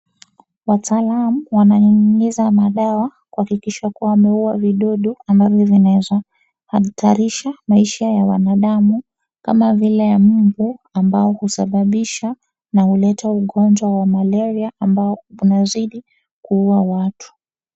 Wataalamu wananyunyuza madawa kuhakikisha kuwa wameuwa vidudu ambavyo vinaweza hatarisha maisha ya wanadamu kama vile mbu ambao husababisha na huleta ugonjwa wa malaria ambao unazidi kuuwa watu.